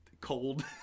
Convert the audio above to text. cold